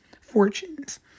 fortunes